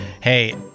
Hey